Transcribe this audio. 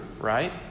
Right